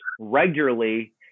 regularly